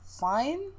fine